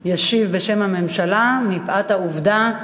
ישיב בשם הממשלה מפאת העובדה,